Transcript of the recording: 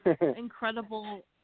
incredible